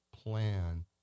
plan